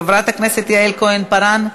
חברת הכנסת יעל כהן-פארן,